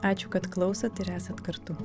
ačiū kad klausot ir esat kartu